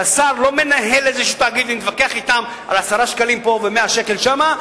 שהשר לא מנהל איזה תאגיד ומתווכח אתם על 10 שקלים פה ו-100 שקל שם,